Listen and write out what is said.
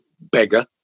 beggar